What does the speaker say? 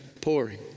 pouring